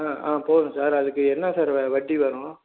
ஆ ஆ போதும் சார் அதுக்கு என்ன சார் வ வட்டி வரும்